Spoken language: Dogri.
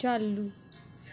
चालू